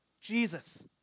Jesus